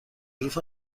ظروف